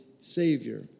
Savior